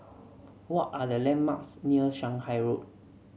what are the landmarks near Shanghai Road